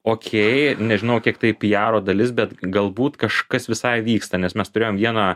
okei nežinau ant kiek tai piaro dalis bet galbūt kažkas visai vyksta nes mes turėjom vieną